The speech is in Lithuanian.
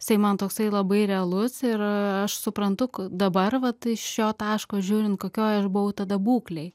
jisai man toksai labai realus ir aš suprantu dabar vat iš šio taško žiūrint kokioj aš buvau tada būklėj